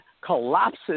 collapses